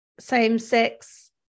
same-sex